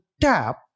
tap